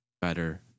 better